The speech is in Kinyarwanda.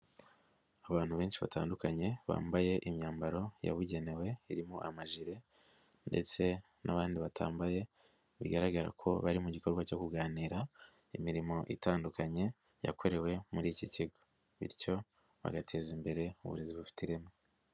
Abantu benshi batandukanye, bambaye imyambaro yabugenewe, irimo amajire ndetse n'abandi batambaye, bigaragara ko bari mu gikorwa cyo guganira, imirimo itandukanye, yakorewe muri iki kigo. Bityo bagateza imbere uburezi bufite ireme.